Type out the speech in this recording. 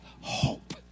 hope